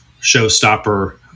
showstopper